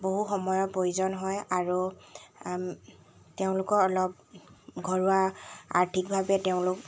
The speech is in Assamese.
বহু সময়ৰ প্ৰয়োজন হয় আৰু তেওঁলোকো অলপ ঘৰুৱা আৰ্থিকভাৱে তেওঁলোক